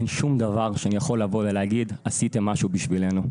אין שום דבר שאני יכול להגיד שעשיתם משהו בשבילנו.